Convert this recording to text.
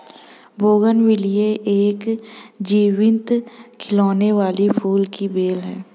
bougainvillea एक जीवंत खिलने वाली फूल की बेल है